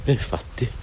infatti